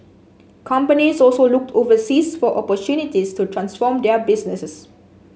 companies also looked overseas for opportunities to transform their businesses